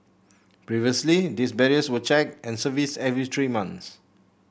previously these barriers were check and service every three month